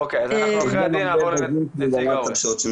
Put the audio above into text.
אוקי אז אחרי עדי נעבור לנציג ההורים.